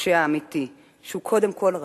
לפושע האמיתי, שהוא קודם כול רשלן,